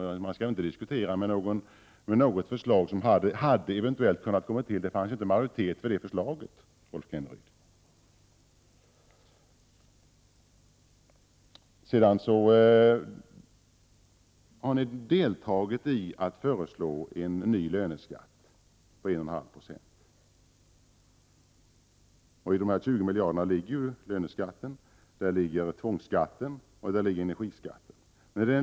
Man skall väl inte diskutera ett förslag som eventuellt hade kunnat läggas fram — det fanns ju inte majoritet för ett sådant förslag, Rolf Kenneryd. Ni har deltagit i att föreslå en ny löneskatt på 1,5 90. I de 20 miljarderna ligger löneskatten, tvångsskatten och energiskatten.